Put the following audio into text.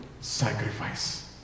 sacrifice